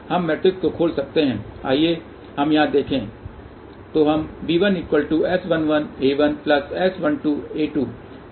हम मैट्रिक्स को खोल सकते हैं आइए हम यहां देखें